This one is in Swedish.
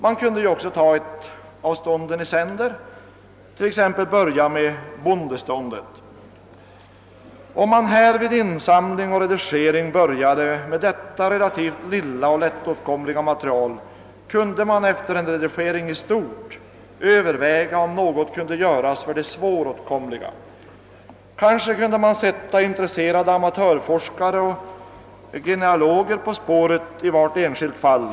Man kunde ta ett stånd i sänder och börja med exempelvis bondeståndet. Om man började med detta relativt lilla och lättåtkomliga material kunde man efter en redigering i stort överväga om något kunde göras när det gäller det svåråtkomliga materialet. Kanske kunde man sätta intresserade amatörforskare och genealoger på spåret i varje enskilt fall.